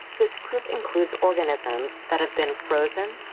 this group includes organisms that have been frozen,